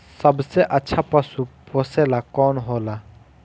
सबसे अच्छा पशु पोसेला कौन होला?